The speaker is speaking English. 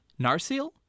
Narsil